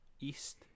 East